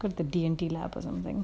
put the D&T lah or something